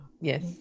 yes